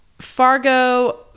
Fargo